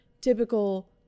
typical